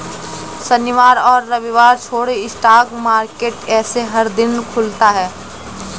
शनिवार और रविवार छोड़ स्टॉक मार्केट ऐसे हर दिन खुलता है